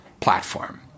platform